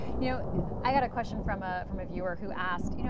you know i had a question from ah from a viewer who asked, you know